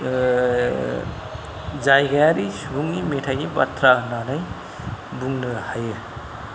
जायगायारि सुबुंनि मेथायनि बाथ्रा होननानै बुंनो हायो